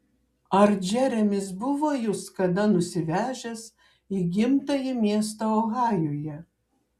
ar džeremis buvo jus kada nusivežęs į gimtąjį miestą ohajuje